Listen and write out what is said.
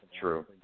True